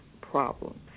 problems